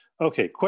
Okay